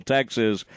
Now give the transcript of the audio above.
Texas